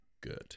good